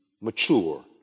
mature